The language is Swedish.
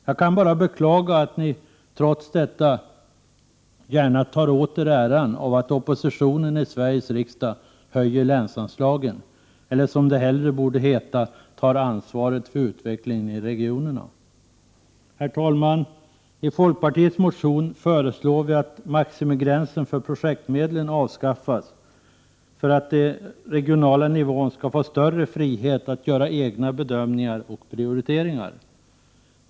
Jag kan bara beklaga att ni trots detta gärna tar åt er äran av att oppositionen i Sveriges riksdag höjer länsanslagen eller, som det hellre borde heta, tar ansvaret för utvecklingen i regionerna. Herr talman! I folkpartiets motion föreslår vi att maximigränsen för projektmedlen avskaffas, för att den regionala nivån skall få större frihet att göra egna bedömningar och prioriteringar.